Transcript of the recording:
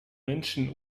menschen